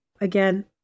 again